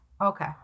Okay